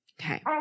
Okay